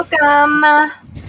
welcome